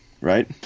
right